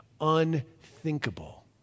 unthinkable